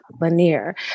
Lanier